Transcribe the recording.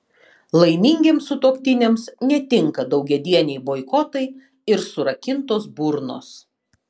laimingiems sutuoktiniams netinka daugiadieniai boikotai ir surakintos burnos